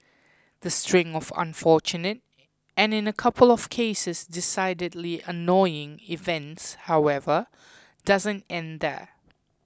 the string of unfortunate and in a couple of cases decidedly annoying events however doesn't end there